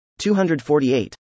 248